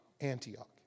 Antioch